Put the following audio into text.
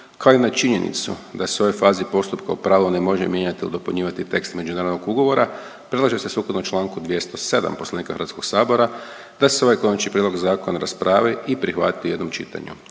i na činjenicu da se u ovoj fazi postupka u pravilu ne može mijenjat il dopunjivati tekst međunarodnog ugovora, predlaže se sukladno čl. 207. Poslovnika HS da se ovaj Konačni prijedlog zakona raspravi i prihvati u jednom čitanju.